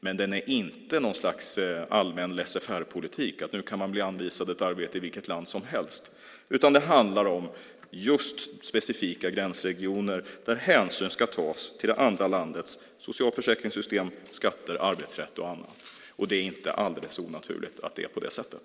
Men det är inte något slags allmän laissez faire politik, att man nu kan bli anvisad ett arbete i vilket land som helst, utan det handlar om specifika gränsregioner där hänsyn ska tas till det andra landets socialförsäkringssystem, skatter, arbetsrätt och annat. Det är inte alldeles onaturligt att det är på det sättet.